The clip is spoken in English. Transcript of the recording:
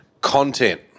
content